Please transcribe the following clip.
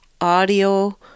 Audio